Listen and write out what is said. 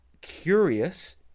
curious